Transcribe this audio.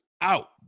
out